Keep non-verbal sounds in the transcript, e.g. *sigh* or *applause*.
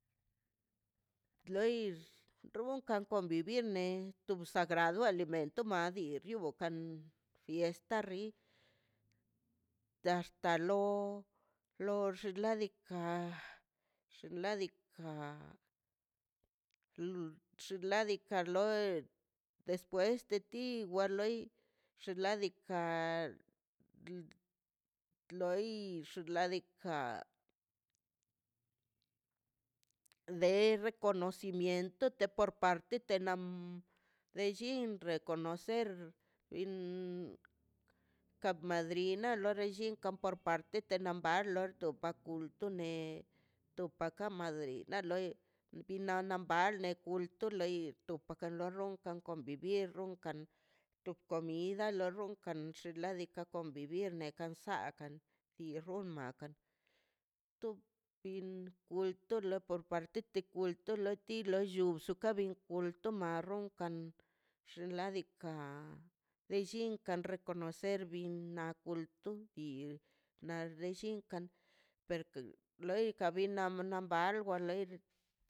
Loi run convivir ne tun sagrado alimento madi rio kan esta ri daxt lo xladika lu xinladika loi despues de ti wa loi xinladika loi xinladika der reconocimiento te por parte nam relli reconocer kap madrina kari llin nep kar tet nombarlo topa kulto ne topa ka madrina loi bin na nambal na kut to loi kut topa kola ronkan convivir kan to comida runkan xinladika ka convivir kansakan irrunmakan tu pin kulto cuartiti lo kulti lo llu zuka bin kulto marron kan xinladika lei llinkan reconocer bin na kulto bi na re chinkan perka loi binna na bal wa leir *noise*